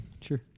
Sure